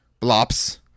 blops